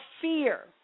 fear